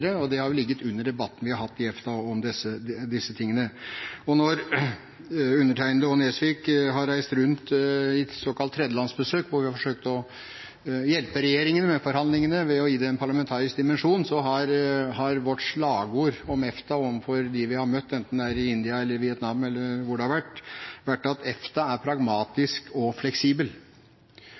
osv.? Det har ligget under debatten vi har hatt i EFTA om disse tingene. Når undertegnede og Nesvik har reist rundt på såkalt tredjelandsbesøk, hvor vi har forsøkt å hjelpe regjeringen med forhandlingene ved å gi det en parlamentarisk dimensjon, har vårt slagord om EFTA overfor dem vi har møtt – enten det er i India, i Vietnam eller hvor det har vært – vært at «EFTA er pragmatisk og fleksibel».